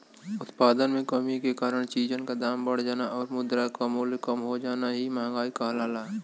उत्पादन में कमी के कारण चीजन क दाम बढ़ जाना आउर मुद्रा क मूल्य कम हो जाना ही मंहगाई कहलाला